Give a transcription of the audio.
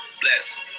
Bless